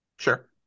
Sure